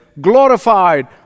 glorified